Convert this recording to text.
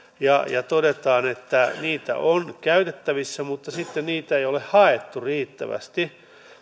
ja ja todetaan että niitä on käytettävissä mutta sitten niitä ei ole haettu riittävästi